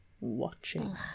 watching